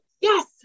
yes